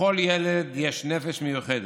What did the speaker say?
לכל ילד יש נפש מיוחדת,